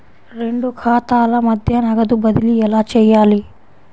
రెండు ఖాతాల మధ్య నగదు బదిలీ ఎలా చేయాలి?